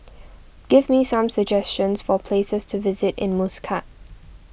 give me some suggestions for places to visit in Muscat